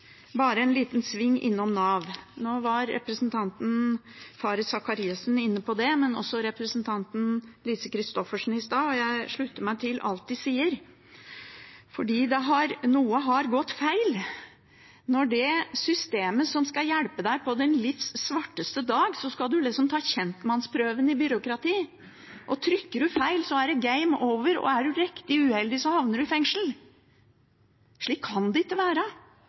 bare en liten sving innom Nav. Nå var representanten Faret Sakariassen inne på det, og også representanten Lise Christoffersen i stad, og jeg slutter meg til alt de har sagt. For når du på ditt livs svarteste dag må ta kjentmannsprøven i byråkrati for at systemet skal hjelpe deg, har noe gått feil. Trykker du feil, så er det game over, og er du riktig uheldig, havner du i fengsel. Slik kan det ikke være.